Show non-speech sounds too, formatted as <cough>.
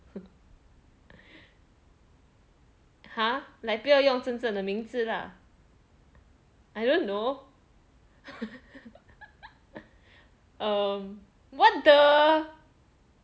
!huh! like 不要用真正的名字 lah I don't know <laughs> um what the